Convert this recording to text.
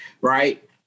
right